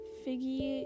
figgy